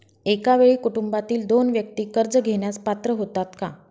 एका वेळी कुटुंबातील दोन व्यक्ती कर्ज घेण्यास पात्र होतात का?